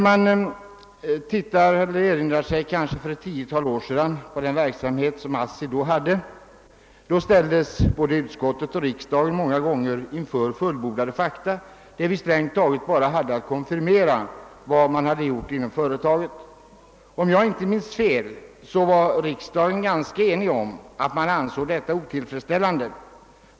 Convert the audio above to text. En tillbakablick på ASSI:s verksamhet för ett tiotal år visar också, att utskott och riksdag många gånger ställdes inför fullbordat faktum, så att vi strängt taget bara hade att konfirmera de åtgärder som vidtagits inom företaget. Om jag inte minns fel var riksdagen ganska enig om att detta var otillfredsställande.